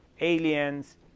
aliens